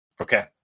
Okay